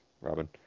Robin